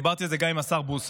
דיברתי על זה גם עם השר בוסו,